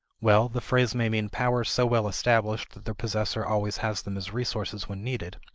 well, the phrase may mean powers so well established that their possessor always has them as resources when needed.